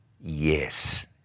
yes